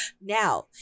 Now